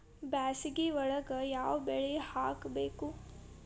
ಬ್ಯಾಸಗಿ ಒಳಗ ಯಾವ ಬೆಳಿ ಹಾಕಬೇಕು?